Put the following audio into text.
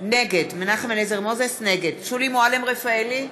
שולי מועלם-רפאלי,